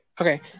Okay